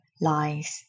lies